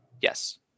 Yes